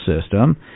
System